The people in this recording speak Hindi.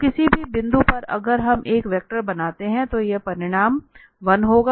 तो किसी भी बिंदु पर अगर हम एक वेक्टर बनाते हैं तो वह परिमाण 1 होगा